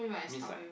means like